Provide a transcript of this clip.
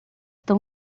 tão